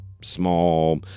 small